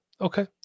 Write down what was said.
Okay